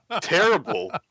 terrible